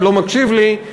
שלא מקשיב לי,